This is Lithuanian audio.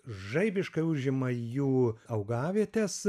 žaibiškai užima jų augavietes